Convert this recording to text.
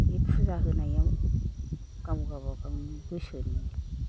बे फुजा होनायाव गाव गावबागावनि गोसोनि